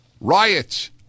Riots